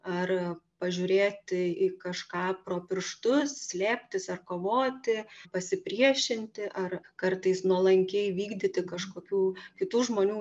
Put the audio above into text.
ar pažiūrėti į kažką pro pirštus slėptis ar kovoti pasipriešinti ar kartais nuolankiai vykdyti kažkokių kitų žmonių